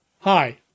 Hi